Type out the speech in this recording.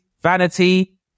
vanity